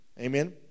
Amen